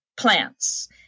Plants